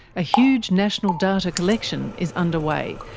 a huge national data collection is underway,